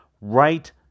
right